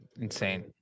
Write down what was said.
insane